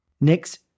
Next